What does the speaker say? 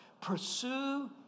Pursue